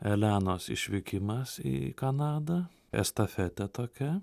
elenos išvykimas į kanadą estafetė tokia